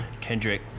Kendrick